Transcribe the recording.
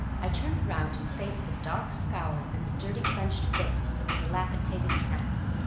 i turned round and faced the dark scowl and the dirty clenched fists of a dilapidated tramp.